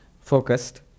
focused